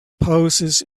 poses